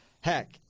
heck